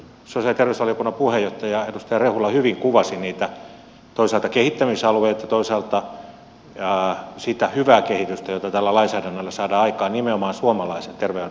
mielestäni sosiaali ja terveysvaliokunnan puheenjohtaja edustaja rehula hyvin kuvasi toisaalta niitä kehittämisalueita ja toisaalta sitä hyvää kehitystä jota tällä lainsäädännöllä saadaan aikaan nimenomaan suomalaisen terveydenhuollon kehittämiseksi